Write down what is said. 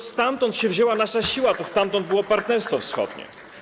To stamtąd się wzięła nasza siła, to stamtąd było Partnerstwo Wschodnie.